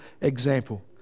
example